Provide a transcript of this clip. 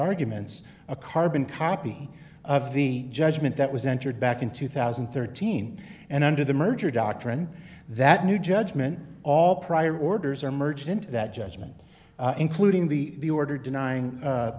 arguments a carbon copy of the judgment that was entered back in two thousand and thirteen and under the merger doctrine that new judgment all prior orders are merged into that judgment including the order denying